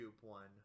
one